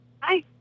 hi